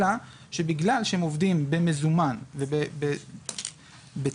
אלא שבגלל שהם עובדים במזומן ובצורה